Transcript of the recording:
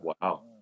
Wow